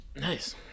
Nice